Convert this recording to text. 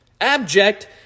abject